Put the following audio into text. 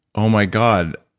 oh my god,